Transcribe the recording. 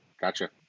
Gotcha